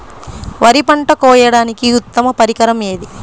వరి పంట కోయడానికి ఉత్తమ పరికరం ఏది?